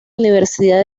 universidad